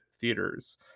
theaters